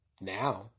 now